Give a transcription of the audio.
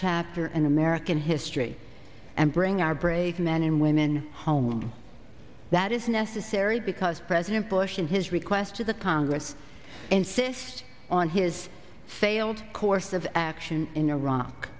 chapter in american history and bring our brave men and women home and that is necessary because president bush in his request to the congress insist on his failed course of action in iraq